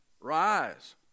rise